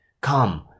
come